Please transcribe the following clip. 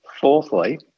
Fourthly